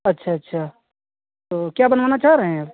अच्छा अच्छा तो क्या बनवाना चाह रहे हैं आप